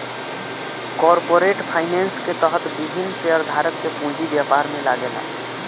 corporate finance के तहत विभिन्न शेयरधारक के पूंजी व्यापार में लागेला